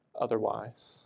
otherwise